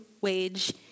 wage